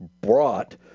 brought